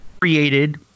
created